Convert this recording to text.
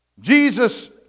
Jesus